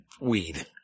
weed